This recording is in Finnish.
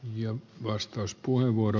arvoisa puhemies